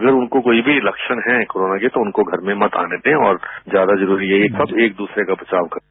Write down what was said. अगर उनको कोई भी लक्षण हैं कोरोना के तो उनको घर में मत आने दें और ज्यादा जरूरी यही है कि सब एक दूसरे का बचाव करें